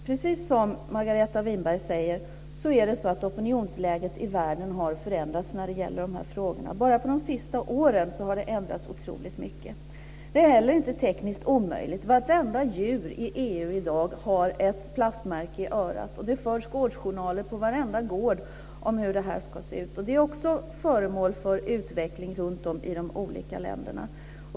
Precis som Margareta Winberg säger har opinionsläget i världen förändrats när det gäller dessa frågor. Bara de senaste åren har det ändrats otroligt mycket. Det är heller inte tekniskt omöjligt. Vartenda djur i EU har i dag ett plastmärke i örat. Det förs gårdsjournaler på varenda gård om hur det ska se ut. Det är också föremål för utveckling runtom i de olika länderna.